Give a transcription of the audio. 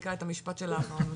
מחזיקה את המשפט שלה האחרון.